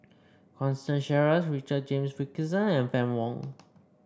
Constance Sheares Richard James Wilkinson and Fann Wong